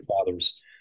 Fathers